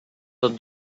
tot